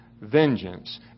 vengeance